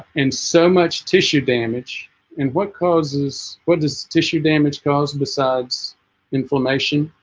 and so much tissue damage and what causes what does tissue damage cause besides inflammation